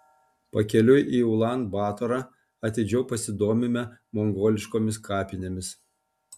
pakeliui į ulan batorą atidžiau pasidomime mongoliškomis kapinėmis